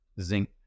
zinc